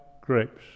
grapes